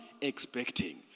expecting